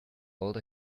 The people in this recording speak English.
old